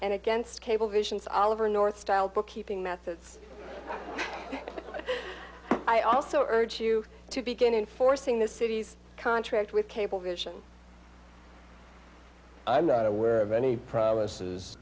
and against cablevision's oliver north style bookkeeping methods i also urge you to begin enforcing the city's contract with cablevision i'm not aware of any promises